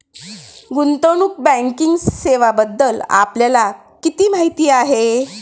गुंतवणूक बँकिंग सेवांबद्दल आपल्याला किती माहिती आहे?